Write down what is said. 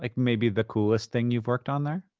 like maybe the coolest thing you've worked on there?